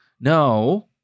No